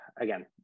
Again